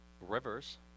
rivers